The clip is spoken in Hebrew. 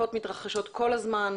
השריפות מתרחשות כל הזמן,